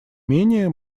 менее